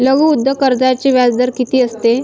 लघु उद्योग कर्जाचे व्याजदर किती असते?